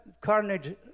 carnage